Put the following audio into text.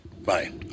Bye